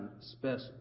special